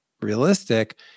realistic